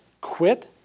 quit